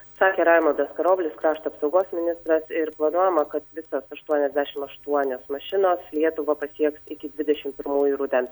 sakė raimundas karoblis krašto apsaugos ministras ir planuojama kad visas aštuoniasdešim aštuonios mašinos lietuvą pasieks iki dvidešim pirmųjų rudens